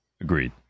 Agreed